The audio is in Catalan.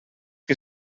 que